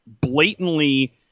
blatantly